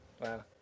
Wow